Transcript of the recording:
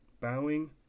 bowing